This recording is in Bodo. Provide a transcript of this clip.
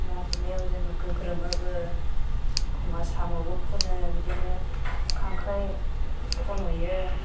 ना गुरनायाव जोङो गोग्रोमोबो एखम्बा साम'बो खनो बिदिनो खांख्राय खन'यो